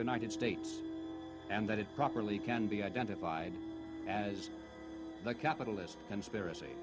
united states and that it properly can be identified as the capitalist conspiracy